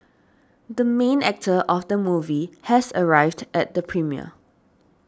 the main actor of the movie has arrived at the premiere